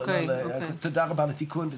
תודה רבה על התיקון.